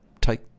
Take